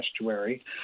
Estuary